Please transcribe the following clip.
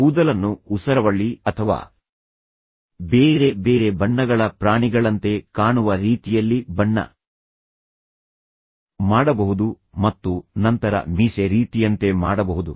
ಕೂದಲನ್ನು ಊಸರವಳ್ಳಿ ಅಥವಾ ಬೇರೆ ಬೇರೆ ಬಣ್ಣಗಳ ಪ್ರಾಣಿಗಳಂತೆ ಕಾಣುವ ರೀತಿಯಲ್ಲಿ ಬಣ್ಣ ಮಾಡಬಹುದು ಮತ್ತು ನಂತರ ಮೀಸೆ ರೀತಿಯಂತೆ ಮಾಡಬಹುದು